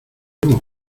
iremos